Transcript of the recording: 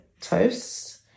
toast